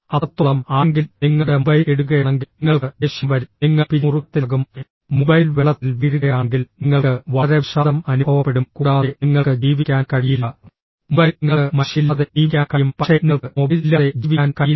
അത്രത്തോളം ആരെങ്കിലും നിങ്ങളുടെ മൊബൈൽ എടുക്കുകയാണെങ്കിൽ നിങ്ങൾക്ക് ദേഷ്യം വരും നിങ്ങൾ പിരിമുറുക്കത്തിലാകും മൊബൈൽ വെള്ളത്തിൽ വീഴുകയാണെങ്കിൽ നിങ്ങൾക്ക് വളരെ വിഷാദം അനുഭവപ്പെടും കൂടാതെ നിങ്ങൾക്ക് ജീവിക്കാൻ കഴിയില്ല മൊബൈൽ നിങ്ങൾക്ക് മനുഷ്യരില്ലാതെ ജീവിക്കാൻ കഴിയും പക്ഷേ നിങ്ങൾക്ക് മൊബൈൽ ഇല്ലാതെ ജീവിക്കാൻ കഴിയില്ല